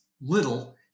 little